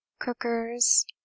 cookers